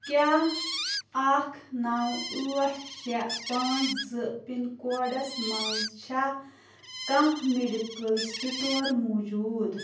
کیٛاہ اَکھ نو ٲٹھ شیٚے پانٛژھ زٕ پِن کورڈس مَنٛز چھا کانٛہہ میڈیکٕل سِٹور موٗجوٗد